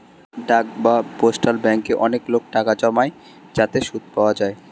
ডাক বা পোস্টাল ব্যাঙ্কে অনেক লোক টাকা জমায় যাতে সুদ পাওয়া যায়